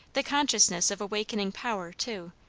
the consciousness of awakening power, too,